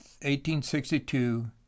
1862